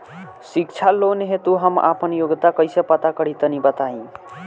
शिक्षा लोन हेतु हम आपन योग्यता कइसे पता करि तनि बताई?